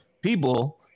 people